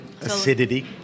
acidity